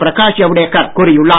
பிரகாஷ் ஜவடேகர் கூறியுள்ளார்